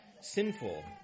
sinful